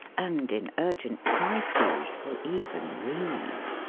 and in urgent crises will even read.